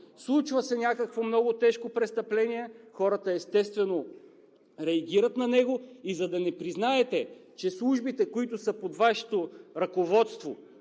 Случва се някакво много тежко престъпление, хората, естествено, реагират на него и за да не признаете, че службите, които са под Вашето ръководство